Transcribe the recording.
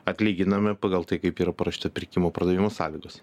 atlyginami pagal tai kaip yra parašyta pirkimo pardavimo sąlygas